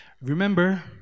Remember